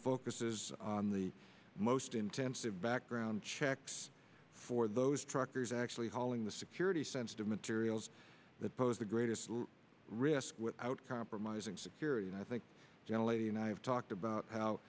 focuses on the most intensive background checks for those truckers actually hauling the security sensitive materials that pose the greatest risk without compromising security and i think generally and i've talked about how